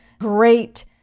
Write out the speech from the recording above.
great